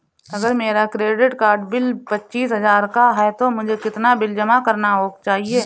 अगर मेरा credit card bill पच्चीस हजार का है तो मुझे कितना बिल जमा करना चाहिए?